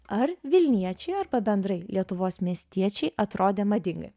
ar vilniečiai arba bendrai lietuvos miestiečiai atrodė madingai